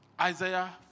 Isaiah